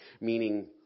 meaning